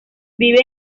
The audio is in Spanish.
vive